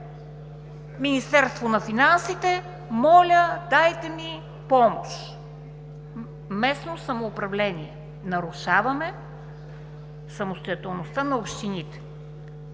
Министерството на финансите: „Моля, дайте ми помощ!“ – местно самоуправление, нарушаваме самостоятелността на общините.